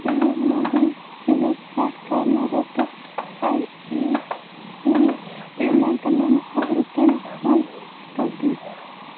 please MobiKwik پٮ۪ٹھ کَر مےٚ رٮ۪تُک آی اے پی پیمٮ۪نٛٹ نَمَتھ ساس رۄپیَن ہٕنٛز تصدیٖق